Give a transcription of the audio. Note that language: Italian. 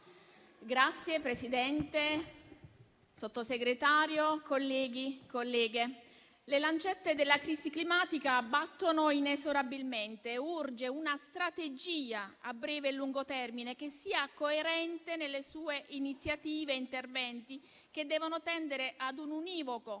Signora Presidente, signor Sottosegretario, colleghi e colleghe, le lancette della crisi climatica battono inesorabilmente. Urge una strategia a breve e lungo termine coerente nelle iniziative e negli interventi, che devono tendere ad un univoco